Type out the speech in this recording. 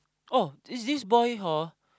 oh is this boy hor